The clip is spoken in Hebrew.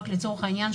רק לצורך העניין,